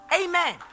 Amen